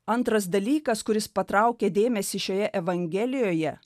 antras dalykas kuris patraukia dėmesį šioje evangelijoje